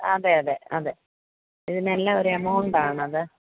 അതെയതെ അതെ ഇതിനെല്ലാം ഒരേ എമൗണ്ട് ആണത്